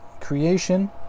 creation